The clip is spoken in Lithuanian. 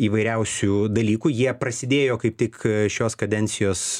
įvairiausių dalykų jie prasidėjo kaip tik šios kadencijos